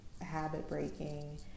habit-breaking